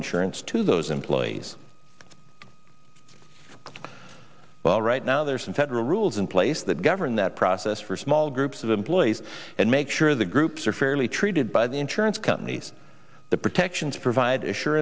insurance to those employees well right now there are some federal rules in place that govern that process for small groups of employees and make sure the groups are fairly treated by the insurance companies the protections provided